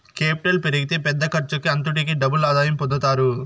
capital పెరిగితే పెద్ద ఖర్చుకి అంతటికీ డబుల్ ఆదాయం పొందుతారు